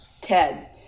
Ted